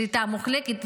שליטה מוחלטת,